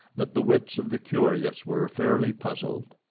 that the wits of the curious were fairly puzzled.